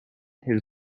his